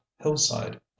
hillside